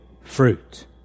fruit